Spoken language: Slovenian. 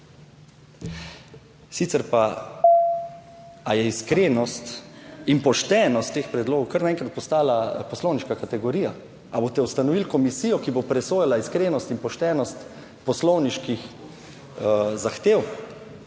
razprave/ ali je iskrenost in poštenost teh predlogov kar naenkrat postala poslovniška kategorija? Ali boste ustanovili komisijo, ki bo presojala iskrenost in poštenost poslovniških zahtev?